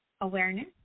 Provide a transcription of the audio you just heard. awareness